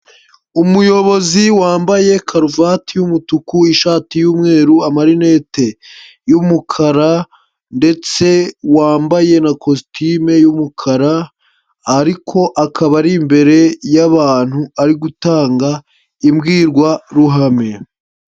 Umuyobozi wambaye karuvati y'umutuku, ishati y'umweru, amarinete y'umukara ndetse wambaye na kositime y'umukara, ariko akaba ari imbere y'abantu, ari gutanga imbwirwaruhame.